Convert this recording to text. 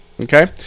Okay